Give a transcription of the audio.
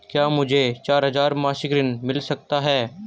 क्या मुझे चार हजार मासिक ऋण मिल सकता है?